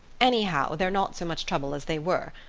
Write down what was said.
anyhow they're not so much trouble as they were.